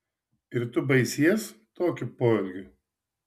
ir tu baisies tokiu poelgiu